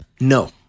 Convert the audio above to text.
No